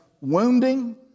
wounding